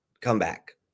comeback